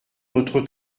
notre